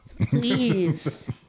Please